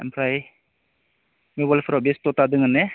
ओमफ्राय मबाइलफोराव बेस्त'ता दङ ने